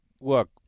look